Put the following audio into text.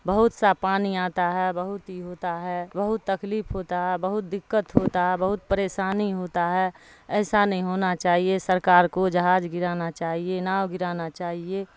بہت سا پانی آتا ہے بہت ہی ہوتا ہے بہت تکلیف ہوتا ہے بہت دقت ہوتا ہے بہت پریشانی ہوتا ہے ایسا نہیں ہونا چاہیے سرکار کو جہاز گرانا چاہیے ناؤ گرانا چاہیے